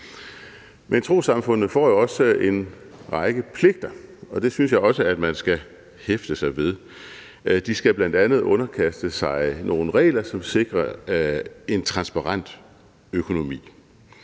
Men trossamfundet får jo også en række pligter, og det synes jeg også at man skal hæfte sig ved. De skal bl.a. underkaste sig nogle regler, som sikrer en transparent økonomi,